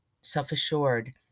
self-assured